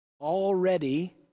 Already